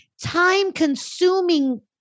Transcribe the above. time-consuming